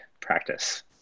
practice